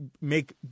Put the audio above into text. make